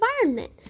environment